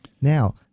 Now